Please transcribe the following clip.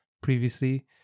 previously